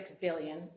billion